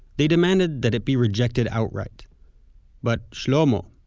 they demanded that it be rejected outright but shlomo,